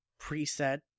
preset